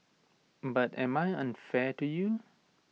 but am I unfair to you